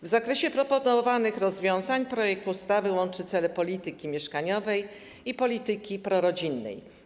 W zakresie proponowanych rozwiązań projekt ustawy łączy cele polityki mieszkaniowej i polityki prorodzinnej.